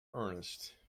ernest